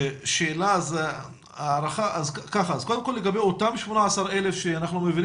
אז קודם כל לגבי אותם 18,000 שאנחנו מבינים